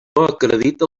acredita